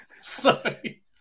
Sorry